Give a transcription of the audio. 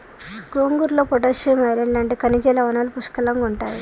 గోంగూరలో potassium, iron లాంటి ఖనిజ లవణాలు పుష్కలంగుంటాయి